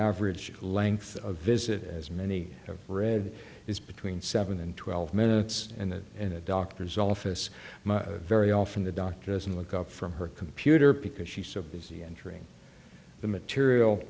average length of visit as many of read is between seven and twelve minutes and in a doctor's office very often the doctor doesn't look up from her computer because she's so busy entering the material